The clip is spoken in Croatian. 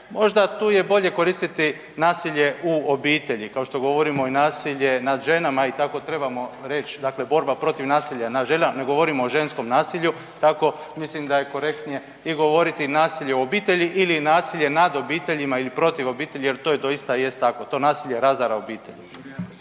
možda je tu bolje koristiti nasilje u obitelji, kao što govorimo nasilje nad ženama, tako trebamo reći dakle borba protiv nasilja nad ženama, ne govorimo o ženskom nasilju tako mislim da je korektnije i govoriti nasilje u obitelji ili nasilje nad obiteljima ili protiv obitelji jer to doista jest tako. To nasilje razara obitelj.